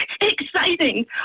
Exciting